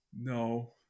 No